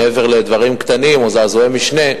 מעבר לדברים קטנים או זעזועי משנה,